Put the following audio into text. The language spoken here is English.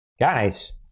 Guys